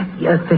Yes